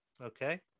Okay